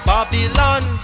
Babylon